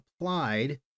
applied